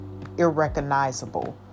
irrecognizable